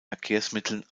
verkehrsmitteln